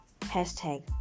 Hashtag